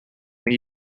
when